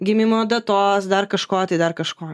gimimo datos dar kažko tai dar kažko